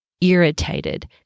irritated